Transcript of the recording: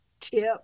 tip